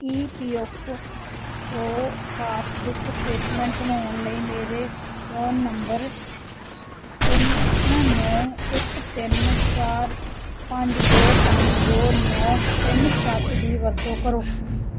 ਈ P F O passbook statement ਬਣਾਉਣ ਲਈ ਮੇਰੇ ਫੋਨ ਨੰਬਰ ਤਿੰਨ ਨੌ ਇੱਕ ਤਿੰਨ ਚਾਰ ਪੰਜ ਦੋ ਪੰਜ ਦੋ ਨੌ ਤਿੰਨ ਸੱਤ ਦੀ ਵਰਤੋਂ ਕਰੋ